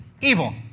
evil